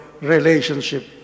relationship